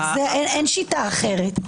אין שיטה אחרת.